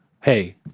hey